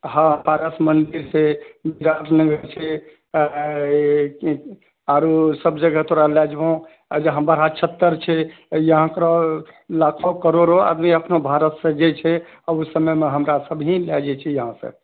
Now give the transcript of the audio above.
हँ छै बिराटनगर छै आरो सब जगह तोरा लए जेबौ बराहछत्तर छै यहाँ पर लाखो कड़ोरो आदमी अपना भारतसँ जाइत छै ओहि समयमे हमरा सब ही लए जाइत छिऐ यहाँसँ